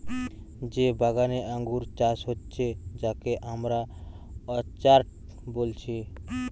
যে বাগানে আঙ্গুর চাষ হচ্ছে যাকে আমরা অর্চার্ড বলছি